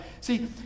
See